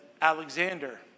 Alexander